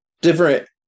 Different